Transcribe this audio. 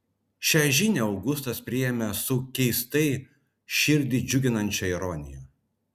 šią žinią augustas priėmė su keistai širdį džiuginančia ironija